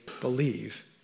believe